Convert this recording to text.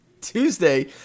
Tuesday